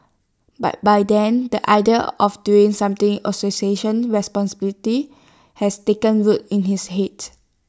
but by then the idea of doing something association responsibility has taken root in his Head